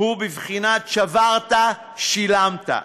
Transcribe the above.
הוא בבחינת "שברת, שילמת".